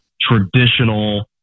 traditional